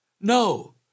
No